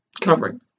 covering